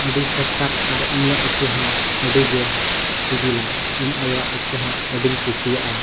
ᱟᱹᱰᱤ ᱟᱨ ᱩᱱᱤᱭᱟᱜ ᱩᱛᱩᱦᱚᱸ ᱟᱹᱰᱤᱜᱮ ᱥᱤᱵᱤᱞᱟ ᱤᱧ ᱟᱭᱳᱣᱟᱜ ᱩᱛᱩᱦᱚᱸ ᱟᱹᱰᱤᱧ ᱠᱩᱥᱤᱭᱟᱜᱼᱟ